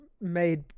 made